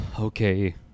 Okay